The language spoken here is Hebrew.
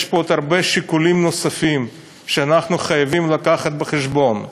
יש פה עוד הרבה שיקולים נוספים שאנחנו חייבים לקחת בחשבון.